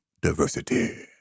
diversity